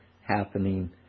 happening